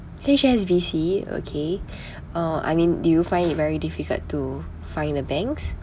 H_S_B_C okay uh I mean do you find it very difficult to find the banks